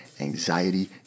anxiety